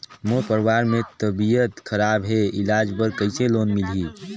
मोर परवार मे तबियत खराब हे इलाज बर कइसे लोन मिलही?